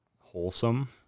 wholesome